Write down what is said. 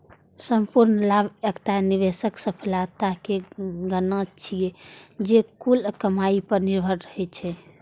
संपूर्ण लाभ एकटा निवेशक सफलताक गणना छियै, जे कुल कमाइ पर निर्भर रहै छै